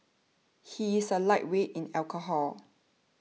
he is a lightweight in alcohol